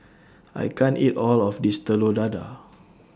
I can't eat All of This Telur Dadah